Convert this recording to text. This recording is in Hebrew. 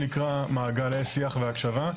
שנקרא מעגלי שיח והקשבה.